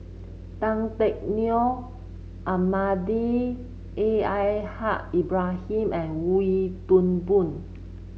Tan Teck Neo Almahdi A L Haj Ibrahim and Wee Toon Boon